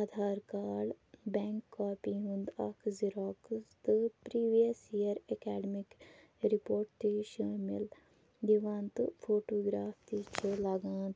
Aadhaar card bank copy ہُنٛد اَکھ xerox تہٕ پرٛیٖویَس یِیَر اکیڈمِک رِپوٹ تہِ شٲمِل یِوان تہٕ فوٹوگرٛاف تہِ چھُ لَگان